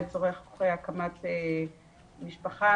לצורך הקמת משפחה.